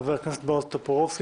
חבר הכנסת טופורובסקי.